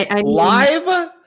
Live